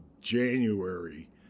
January